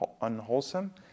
unwholesome